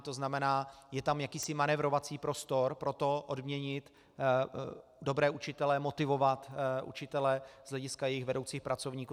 To znamená, je tam jakýsi manévrovací prostor pro to odměnit dobré učitele, motivovat učitele z hlediska jejich vedoucích pracovníků.